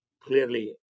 clearly